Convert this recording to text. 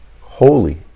Holy